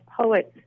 poets